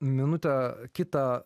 minutę kitą